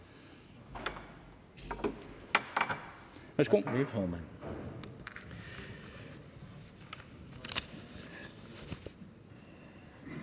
Værsgo.